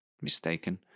mistaken